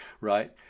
right